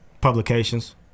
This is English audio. Publications